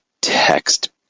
text